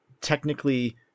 technically